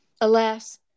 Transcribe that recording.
Alas